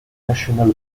national